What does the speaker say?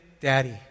Daddy